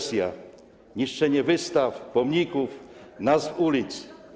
Skąd niszczenie wystaw, pomników, nazw ulic?